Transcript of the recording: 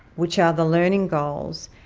which are the learning goals.